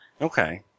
Okay